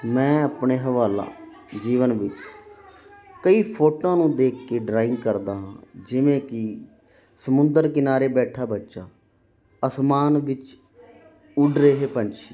ਮੈਂ ਆਪਣੇ ਹਵਾਲਾ ਜੀਵਨ ਵਿੱਚ ਕਈ ਫੋਟੋਆਂ ਨੂੰ ਦੇਖ ਕੇ ਡਰਾਇੰਗ ਕਰਦਾ ਹਾਂ ਜਿਵੇਂ ਕਿ ਸਮੁੰਦਰ ਕਿਨਾਰੇ ਬੈਠਾ ਬੱਚਾ ਆਸਮਾਨ ਵਿੱਚ ਉੱਡ ਰਹੇ ਪੰਛੀ